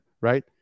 right